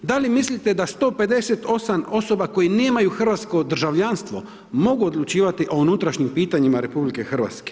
Da li mislite da 158 osoba koje nemaju hrvatsko državljanstvo mogu odlučivati o unutrašnjim pitanjima RH?